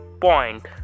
point